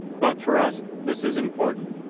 but for us, this is important.